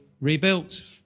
rebuilt